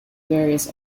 various